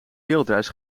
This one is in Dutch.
wereldreis